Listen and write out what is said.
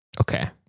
okay